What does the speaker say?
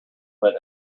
lit